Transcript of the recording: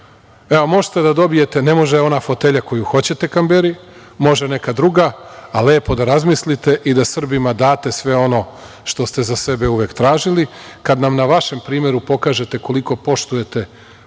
možete da dobijete… Ne može ona fotelja koju hoćete, Kamberi, može neka druga, pa lepo da razmislite i da Srbima date sve ono što ste za sebe uvek tražili. Kada nam na vašem primeru pokažete koliko poštujete